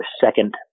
second